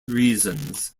reasons